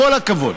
כל הכבוד.